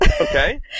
okay